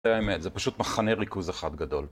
זה האמת, זה פשוט מחנה ריכוז אחד גדול.